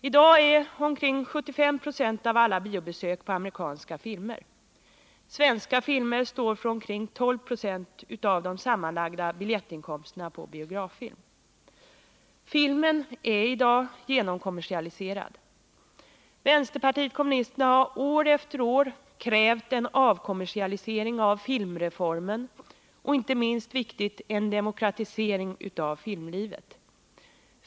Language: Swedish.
Ca 75 90 av alla biobesök gäller i dag amerikanska filmer. Svenska filmer står för omkring 12 96 av de sammanlagda biljettinkomsterna för biograffilm. Filmen är i dag genomkommersialiserad. Vänsterpartiet kommunister na har år efter år krävt en avkommersialisering av filmreformen och, inte minst viktigt, en demokratisering av filmlivet.